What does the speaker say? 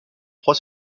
trois